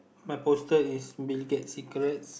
my poster is Bill Gates secret